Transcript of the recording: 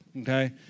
okay